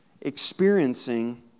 experiencing